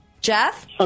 jeff